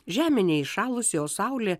žemė neįšalusi o saulė